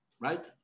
right